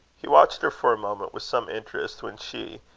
he watched her for a moment with some interest when she,